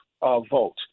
vote